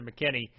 McKinney